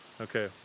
okay